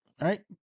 right